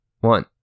one